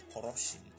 corruption